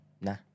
Nah